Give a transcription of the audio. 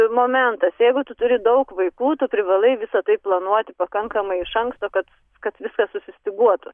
toks momentas jeigu tu turi daug vaikų tu privalai visa tai planuoti pakankamai iš anksto kad kad viskas susistyguotų